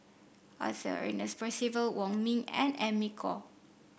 Arthur Ernest Percival Wong Ming and Amy Khor